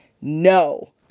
no